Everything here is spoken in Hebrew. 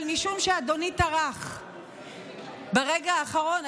אבל משום שאדוני טרח ברגע האחרון,